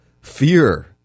fear